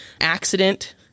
accident